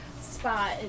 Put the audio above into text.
Spot